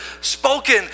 spoken